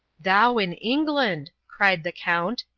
thou in england! cried the count.